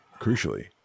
crucially